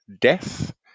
death